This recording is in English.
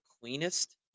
cleanest